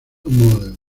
models